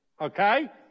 Okay